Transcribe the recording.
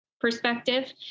perspective